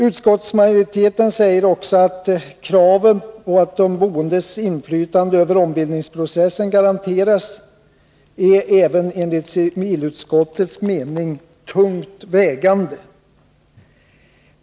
Utskottsmajoriteten skriver också att kravet på att de boendes inflytande över ombildningsprocessen garanteras är, även enligt civilutskottets mening, tungt vägande.